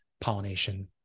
pollination